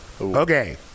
Okay